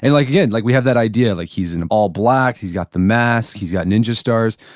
and like again, like we have that idea like he's in all black. he's got the mask. he's got ninja stars,